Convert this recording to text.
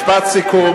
משפט סיכום.